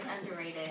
underrated